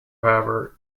however